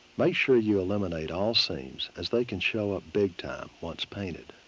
make sure you eliminate all seams as they can show up big time once painted.